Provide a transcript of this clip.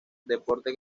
deporte